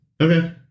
Okay